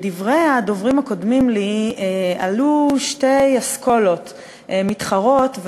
בדברי הדוברים הקודמים לי עלו שתי אסכולות מתחרות,